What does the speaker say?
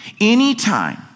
Anytime